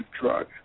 drug